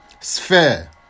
sphere